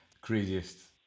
craziest